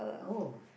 oh